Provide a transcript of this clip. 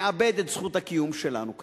נאבד את זכות הקיום שלנו כאן.